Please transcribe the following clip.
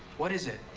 what is it?